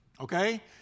okay